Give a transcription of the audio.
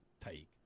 take